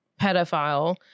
pedophile